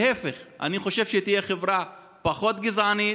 להפך, אני חושב שהיא תהיה חברה פחות גזענית,